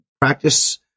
practice